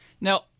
Now